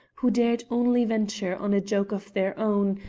who dared only venture on a joke of their own,